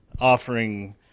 offering